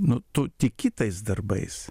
nu tu tiki tais darbais